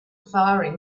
faring